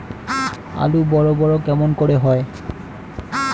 আলু বড় বড় কেমন করে হয়?